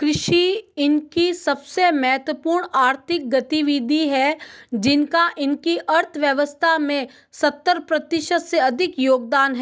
कृषि इनकी सबसे महत्वपूर्ण आर्थिक गतिविधि है जिनका इनकी अर्थव्यवस्था में सत्तर प्रतिशत से अधिक योगदान है